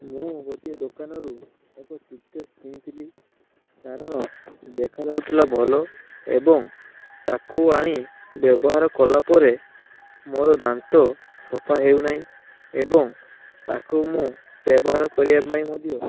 ମୁଁ ଗୋଟିଏ ଦୋକାନରୁ ଏକ ଟୁଥପେଷ୍ଟ କିଣିଥିଲି କାରଣ ଦେଖାଯାଉଥିଲା ଭଲ ଏବଂ ତାକୁ ଆଣି ବ୍ୟବହାର କଲାପରେ ମୋର ଦାନ୍ତ ସଫା ହେଉନାହିଁ ଏବଂ ତାକୁ ମୁଁ ବ୍ୟବହାର କରିବାପାଇଁ ମଧ୍ୟ